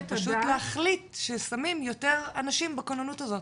פשוט להחליט ששמים יותר אנשים בכוננות הזאת,